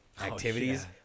activities